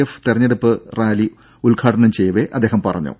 F തെരഞ്ഞെടുപ്പ് rally ഉദ്ഘാടനം ചെയ്യവെ അദ്ദേഹം പറഞ്ഞു